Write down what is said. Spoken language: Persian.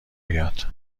بیاد